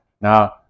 Now